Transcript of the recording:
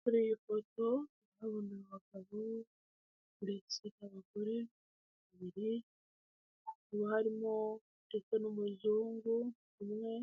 Kuri iyifoto ndahabona abagabo ndetsebe n'abagore babiri barimo ndetse n'umuzungu umwe